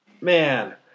man